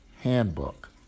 handbook